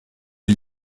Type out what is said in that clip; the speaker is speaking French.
les